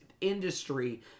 industry